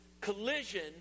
collision